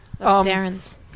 Darren's